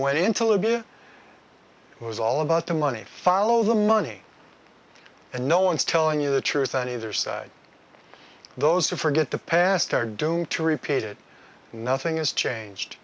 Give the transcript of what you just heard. went into libya it was all about the money follow the money and no one's telling you the truth on either side those who forget the past are doomed to repeat it nothing is changed